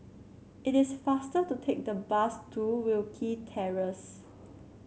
it is faster to take the bus to Wilkie Terrace